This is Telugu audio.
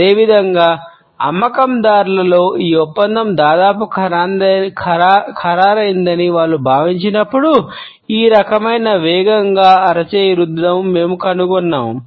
అదేవిధంగా అమ్మకందారులలో ఈ ఒప్పందం దాదాపుగా ఖరారైందని వారు భావించినప్పుడు ఈ రకమైన వేగంగా అరచేయీ రుద్దడం మేము కనుగొన్నాము